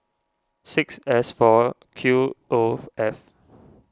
six S four Q oath F